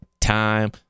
time